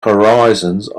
horizons